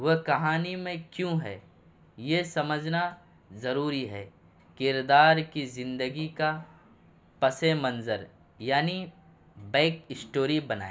وہ کہانی میں کیوں ہے یہ سمجھنا ضروری ہے کردار کی زندگی کا پس منظر یعنی بیک اسٹوری بنائیں